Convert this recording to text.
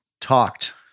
talked